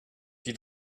die